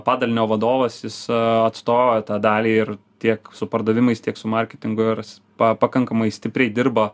padalinio vadovas jis atstovauja tą dalį ir tiek su pardavimais tiek su marketingu ir jis pakankamai stipriai dirba